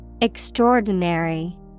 Extraordinary